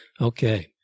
Okay